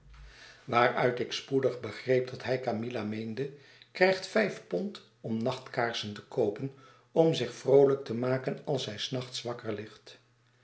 waaruit ik spoedig begreep dat hij camilla meende krijgt vijf pond om nachtkaarsen te koopen om zich vroolijk te maken als zij s nachts wakker ligt